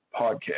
podcast